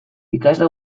ikasle